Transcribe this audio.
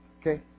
Okay